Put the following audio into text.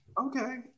Okay